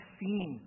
seen